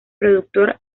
productor